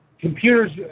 computers